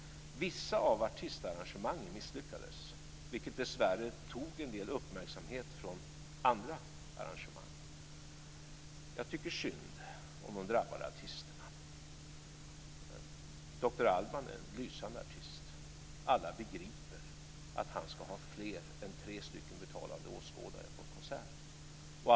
Vissa av artistarrangemangen misslyckades, vilket dessvärre tog en hel del uppmärksamhet från andra arrangemang. Jag tycker synd om de drabbade artisterna. Doktor Alban är en lysande artist. Alla begriper att han ska ha fler än tre stycken betalande åskådare på en konsert.